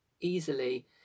easily